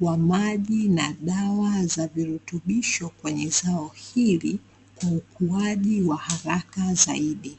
wa maji na dawa za virutubisho kwenye zao hili kwa ukuaji wa haraka zaidi.